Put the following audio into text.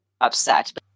upset